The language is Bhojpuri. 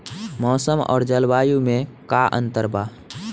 मौसम और जलवायु में का अंतर बा?